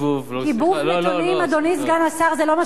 גיבוב נתונים, אדוני סגן השר, זה לא מה ששאלתי.